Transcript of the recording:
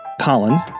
Colin